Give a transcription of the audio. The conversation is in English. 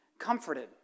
comforted